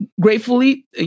gratefully